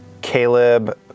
Caleb